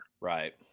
Right